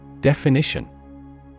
Definition